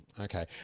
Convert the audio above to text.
okay